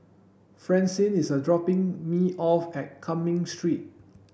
francine is dropping me off at Cumming Street